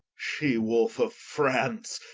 shee-wolfe of france,